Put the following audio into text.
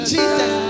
Jesus